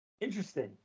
Interesting